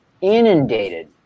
inundated